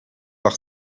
par